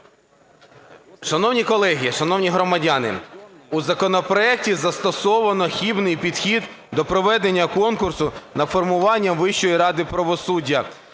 Шановні колеги, шановні громадяни, в законопроекті застосовано хибний підхід до проведення конкурсу на формування Вищої ради правосуддя.